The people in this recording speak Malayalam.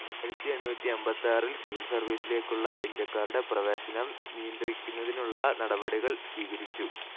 ആരിത്തി എണുറ്റി എൺപത്തി ആറിൽ സിവിൽ സർവീസിലേക്കുള്ള ഇന്ത്യക്കാരുടെ പ്രവേശനം നിയന്ത്രിക്കുന്നതിനുള്ള നടപടികൾ സ്വീകരിച്ചു